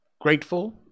grateful